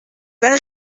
faire